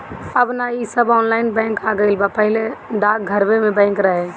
अब नअ इ सब ऑनलाइन बैंक आ गईल बा पहिले तअ डाकघरवे में बैंक रहे